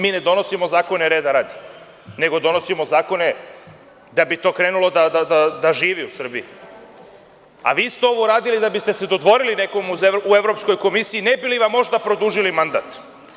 Mi ne donosimo zakone reda radi, nego donosimo zakone da bi to krenulo da živi u Srbiji, a vi ste ovo uradili da biste se dodvorili nekom u Evropskoj komisiji, ne bi li vam možda produžili mandat.